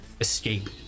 escape